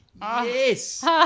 yes